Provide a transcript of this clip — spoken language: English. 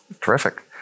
Terrific